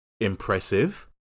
impressive